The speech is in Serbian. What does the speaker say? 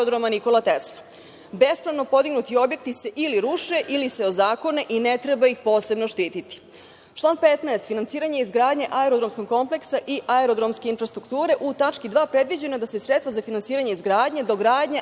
15. – finansiranje izgradnje aerodromskog kompleksa i aerodromske infrastrukture, u tački 2) predviđeno je da se sredstva za finansiranje izgradnje, dogradnje, adaptacije